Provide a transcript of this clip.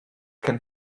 can